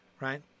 Right